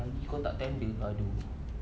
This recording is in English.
ikut tak temper padu